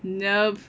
nope